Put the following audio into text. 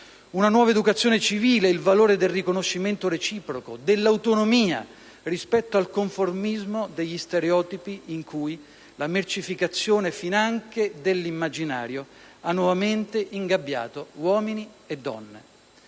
una nuova educazione civile, il valore del riconoscimento reciproco, dell'autonomia rispetto al conformismo degli stereotipi in cui la mercificazione finanche dell'immaginario ha nuovamente ingabbiato uomini e donne.